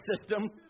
system